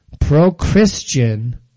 pro-Christian